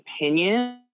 opinion